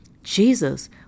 Jesus